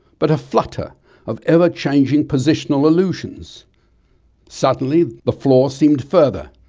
but a flutter of ever-changing positional illusions suddenly the floor seemed further,